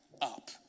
up